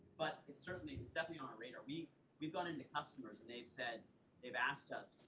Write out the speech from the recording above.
but it's certainly it's definitely on the radar. we've we've gotten customers and they've said they've asked us,